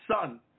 son